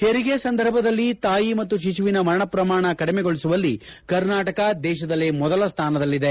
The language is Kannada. ಹೆರಿಗೆ ಸಂದರ್ಭದಲ್ಲಿ ತಾಯಿ ಮತ್ತು ಶಿಶುವಿನ ಮರಣ ಪ್ರಮಾಣ ಕಡಿಮೆಗೊಳಿಸುವಲ್ಲಿ ಕರ್ನಾಟಕ ದೇಶದಲ್ಲೇ ಮೊದಲ ಸ್ಥಾನದಲ್ಲಿದೆ